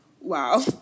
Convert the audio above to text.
wow